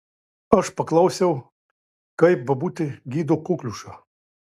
aš paklausiau kaip bobutė gydo kokliušą